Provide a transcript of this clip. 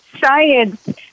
science